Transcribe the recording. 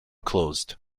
closed